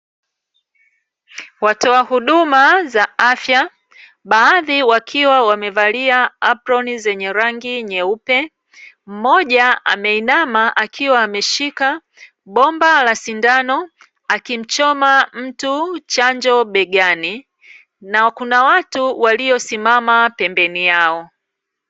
Watoa huduma za afya, baadhi wakiwa wamevalia aproni zenye rangi nyeupe. Mmoja ameinama akiwa ameshika bomba la sindano, akimchoma mtu chanjo begani, na kuna watu waliosimama pembeni yao.